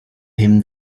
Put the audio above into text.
him